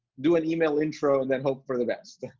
do an email intro, then hope for the best.